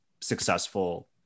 successful